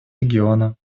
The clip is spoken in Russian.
региона